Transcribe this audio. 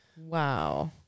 Wow